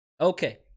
Okay